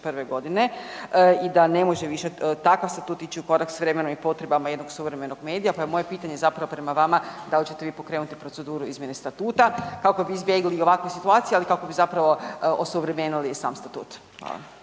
2001. godine i da ne može više takav statut ići u korak s vremenom i potrebama jednog suvremenog medija pa je moje pitanje prema vama, da li ćete vi promijeniti proceduru izmjene statuta kako bi izbjegli ovakve situacije, ali kako bi osuvremenili sam statut.